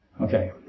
Okay